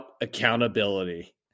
accountability